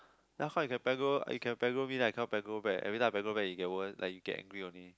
then how you can pegro you can pegro me then I cannot pegro back every time I pegro back it get worse like you get angry only